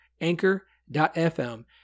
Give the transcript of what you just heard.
anchor.fm